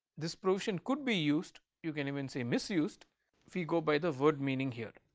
this provision could be used you can even say miss used if you go by the word meaning here.